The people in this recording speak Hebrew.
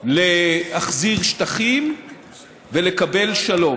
להחזיר שטחים ולקבל שלום.